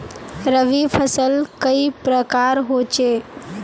रवि फसल कई प्रकार होचे?